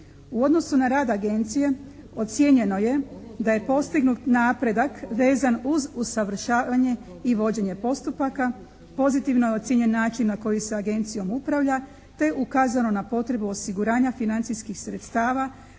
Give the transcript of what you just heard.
U odnosu na rad Agencije ocijenjeno je da je postignut napredak vezan uz usavršavanje i vođenje postupaka, pozitivno je ocijenjen način na koji se Agencijom upravlja, te ukazano na potrebu osiguranja financijskih sredstava